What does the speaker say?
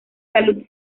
salud